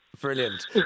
Brilliant